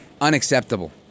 unacceptable